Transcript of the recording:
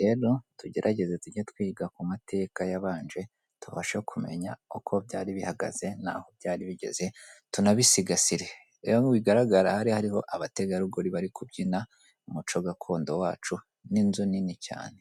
rero tugerageze tujye twiga ku mateka yabanje tubashe kumenya uko byari bihagaze naho byari bigeze tunabisigasire rero uko bigaragara aha hariho abategarugori bari kubyina umuco gakondo wacu n'inzu nini cyane.